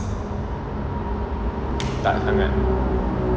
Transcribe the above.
tak sangat